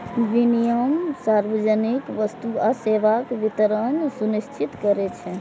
विनियम सार्वजनिक वस्तु आ सेवाक वितरण सुनिश्चित करै छै